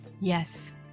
Yes